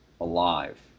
alive